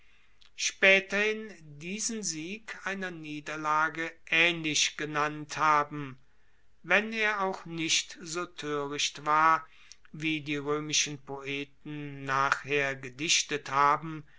spaeterhin diesen sieg einer niederlage aehnlich genannt haben wenn er auch nicht so toericht war wie die roemischen poeten nachher gedichtet haben